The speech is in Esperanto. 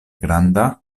granda